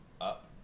up